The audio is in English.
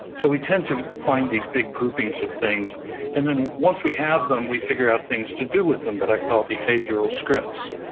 so we tend to find these big groupings of things and then once we have them, we figure out things to do with them that i call, behavioral scripts.